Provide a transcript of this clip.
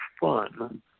fun